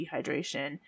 dehydration